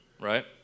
Right